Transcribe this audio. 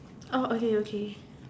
oh okay okay